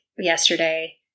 yesterday